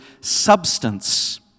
substance